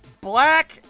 Black